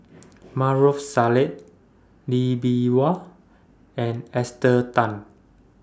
Maarof Salleh Lee Bee Wah and Esther Tan